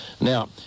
Now